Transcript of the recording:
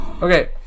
Okay